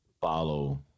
follow